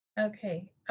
Okay